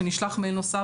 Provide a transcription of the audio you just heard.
שנשלח מייל נוסף,